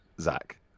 Zach